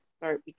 start